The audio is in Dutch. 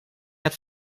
het